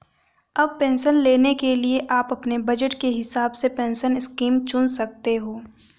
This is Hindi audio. अब पेंशन लेने के लिए आप अपने बज़ट के हिसाब से पेंशन स्कीम चुन सकते हो